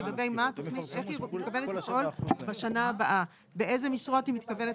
לגבי האופן שבו היא מתכוונת לפעול בשנה הבאה; באילו משרות היא מתכוונת